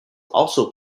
also